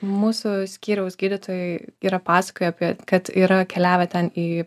mūsų skyriaus gydytojai yra pasakoję apie kad yra keliavę ten į